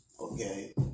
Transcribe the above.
Okay